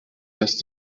dass